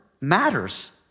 matters